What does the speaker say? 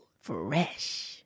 Fresh